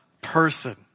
person